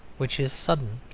which is sudden.